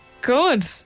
good